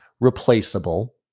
replaceable